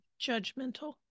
judgmental